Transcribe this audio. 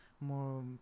more